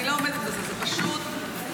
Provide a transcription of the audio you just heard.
אני לא עומדת בזה, זה פשוט עונג.